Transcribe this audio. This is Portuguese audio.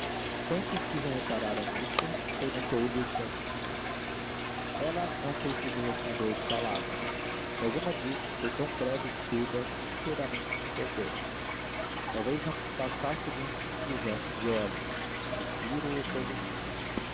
santos que já reparara nisso perguntou-lhe o que é que tinha ela não sei se lhe respondeu de palavra se alguma disse foi tão breve e surda que inteiramente se perdeu talvez não passasse de um simples gesto de olhos um suspiro ou cousa assim